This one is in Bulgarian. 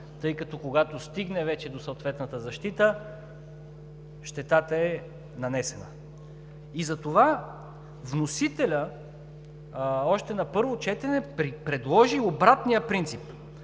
тъй като, когато стигне вече до съответната защита, щетата е нанесена. Затова вносителят още на първо четене предложи обратния принцип,